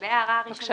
לגבי ההערה הזאת,